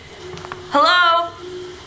Hello